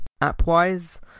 App-wise